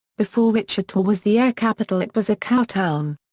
before wichita was the air capital it was a cowtown.